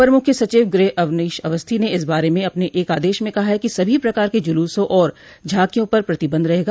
अपर मुख्य सचिव गृह अवनीश अवस्थी ने इस बारे में अपने एक आदेश में कहा है कि सभी प्रकार के जुलूसों और झांकियों पर प्रतिबंध रहेगा